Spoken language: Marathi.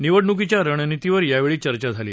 निवडणुकीच्या रणनितीवर यावळी चर्चा झाली